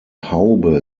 haube